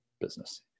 business